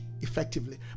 effectively